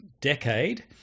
decade